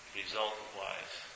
result-wise